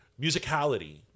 musicality